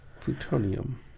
Plutonium